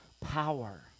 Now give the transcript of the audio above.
power